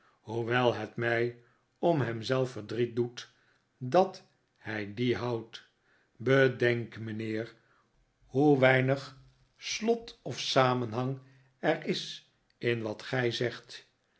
hoewel het mij om hem zelf verdriet doet dat hij die houdt bedenk mijnheer hoe weinig slot of samenhang er is in wat gij zegt